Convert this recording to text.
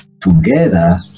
together